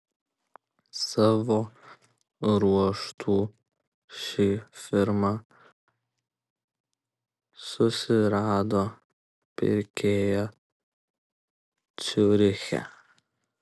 savo ruožtu ši firma susirado pirkėją ciuriche